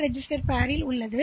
L ரெஜிஸ்டர்மதிப்பு இருக்கும்